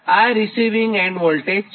આ sending end voltage છે